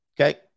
okay